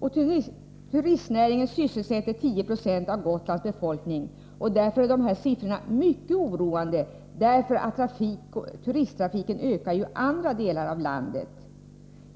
96. Turistnäringen sysselsätter 10 926 av Gotlands befolkning, och därför är dessa siffror mycket oroande. I andra delar av landet ökar turisttrafiken.